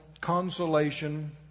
consolation